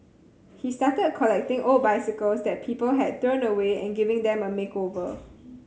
he started collecting old bicycles that people had thrown away and giving them a makeover